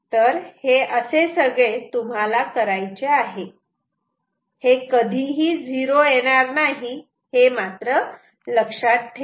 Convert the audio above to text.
तर हे असे सगळे तुम्हाला करायचे आहे हे कधीही झिरो येणार नाही हे लक्षात ठेवा